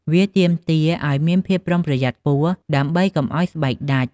វាទាមទារអោយមានភាពប្រុងប្រយ័ត្នខ្ពស់ ដើម្បីកុំឱ្យស្បែកដាច់។